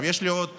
יש לי עוד